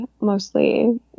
mostly